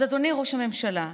אז אדוני ראש הממשלה,